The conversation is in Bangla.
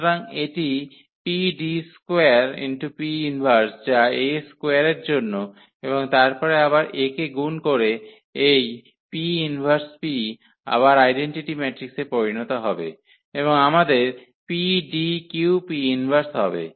সুতরাং এটি 𝑃D2𝑃−1 যা A স্কোয়ারের জন্য এবং তারপরে আবার A কে গুন করে এবং এই P ইনভার্স P আবার আইডেন্টিটি ম্যাট্রিক্সে পরিণত হবে এবং আমাদের PDQP 1 হবে